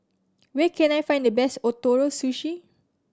where can I find the best Ootoro Sushi